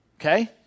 okay